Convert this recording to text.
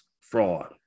fraud